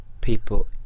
people